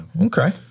Okay